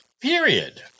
period